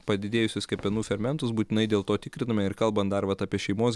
padidėjusius kepenų fermentus būtinai dėl to tikriname ir kalbant dar vat apie šeimos